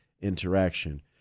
interaction